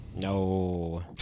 No